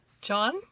john